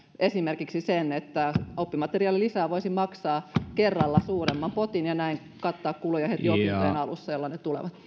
esimerkiksi sen että oppimateriaalilisää voisi maksaa kerralla suuremman potin ja näin kattaa kuluja heti opintojen alussa jolloin ne tulevat